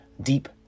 deep